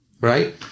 Right